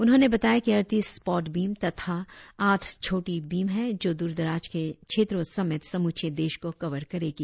उन्होंने बताया कि अड़तीस स्पॉट बीम तथा आठ छोटी बीम हैं जो दूरदराज के क्षेत्रों समेत समूचे देश को कवर करेंगी